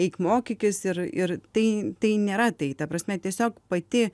eik mokykis ir ir tai tai nėra tai ta prasme tiesiog pati